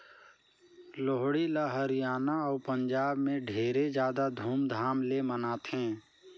लोहड़ी ल हरियाना अउ पंजाब में ढेरे जादा धूमधाम ले मनाथें